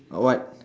what